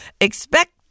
expect